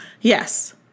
Yes